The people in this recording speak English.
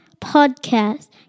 podcast